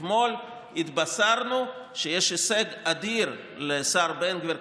אתמול התבשרנו שיש הישג אדיר לשר בן גביר,